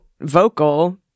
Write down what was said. vocal